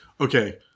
Okay